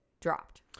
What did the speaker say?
dropped